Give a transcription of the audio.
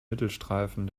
mittelstreifen